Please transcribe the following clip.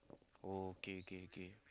oh okay okay okay